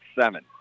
seven